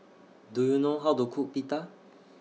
Do YOU know How to Cook Pita